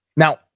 Now